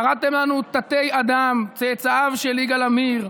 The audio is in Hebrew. קראתם לנו תתי-אדם, צאצאיו של יגאל עמיר,